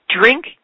drink